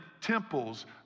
temples